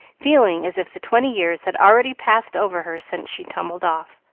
feeling as if the twenty years had already passed over her since she tumbled off.